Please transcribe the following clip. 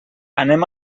anem